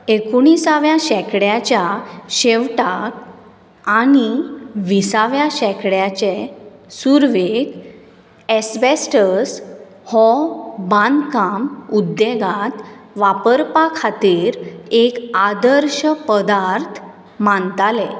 एकुणिसाव्या शेंकड्याच्या शेवटाक आनी विसाव्या शेंकड्याचे सुरवेक एसबेस्टस हो बांदकाम उद्देगांत वापरपा खातीर एक आदर्श पदार्थ मानताले